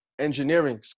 engineering